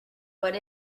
what